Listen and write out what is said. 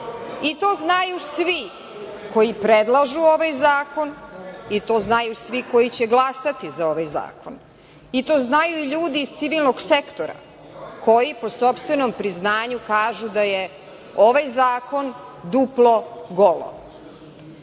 To znaju svi koji predlažu ovaj zakon i to znaju svi koji će glasati za ovaj zakon. To znaju i ljudi iz civilnog sektora koji po sopstvenom priznanju kažu da je ovaj zakon duplo golo. Da